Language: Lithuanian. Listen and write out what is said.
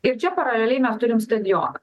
ir čia paraleliai mes turim stadioną